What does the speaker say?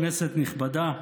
כנסת נכבדה,